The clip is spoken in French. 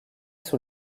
sous